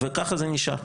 וככה זה נשאר.